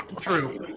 True